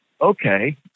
okay